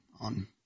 on